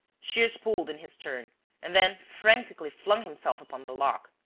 shears pulled in his turn and then frantically flung himself upon the lock.